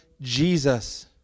Jesus